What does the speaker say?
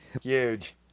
Huge